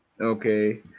Okay